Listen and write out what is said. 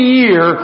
year